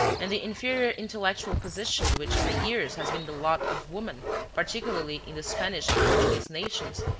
and the inferior intellectual position which for years has been the lot of woman particularly in the spanish and portuguese nations,